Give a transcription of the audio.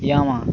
Yamaha